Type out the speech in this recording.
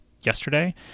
yesterday